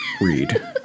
read